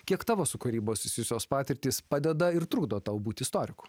kiek tavo su kūryba susijusios patirtys padeda ir trukdo tau būti istoriku